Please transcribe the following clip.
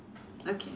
okay